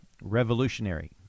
revolutionary